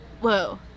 Whoa